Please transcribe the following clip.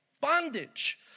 Bondage